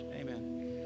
Amen